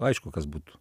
aišku kas būtų